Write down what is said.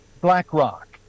BlackRock